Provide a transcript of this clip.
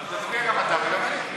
גם אתה וגם אני.